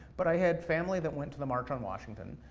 but i had family that went to the march on washington.